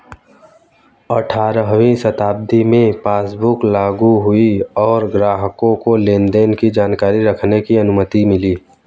अठारहवीं शताब्दी में पासबुक लागु हुई और ग्राहकों को लेनदेन की जानकारी रखने की अनुमति मिली